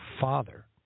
Father